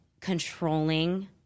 controlling